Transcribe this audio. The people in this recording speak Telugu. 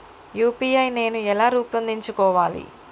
యూ.పీ.ఐ నేను ఎలా రూపొందించుకోవాలి?